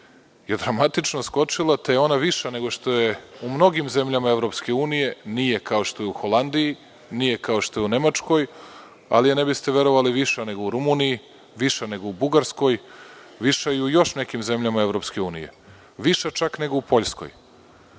je dramatično skočila, te je ona viša nego što je u mnogim zemljama EU.Nije kao što je u Holandiji, nije kao što je u Nemačkoj, ali je viša nego u Rumuniji, viša nego u Bugarskoj i u još nekim zemljama EU. Viša je čak nego u Poljskoj. Sada